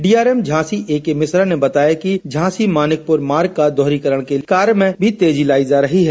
DRM Jhansi AK Mishra ने बताया कि झांसी मानिकपुर मार्ग का दोहरीकरण के कार्य में भी तेजी लाई जा रही है